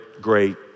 great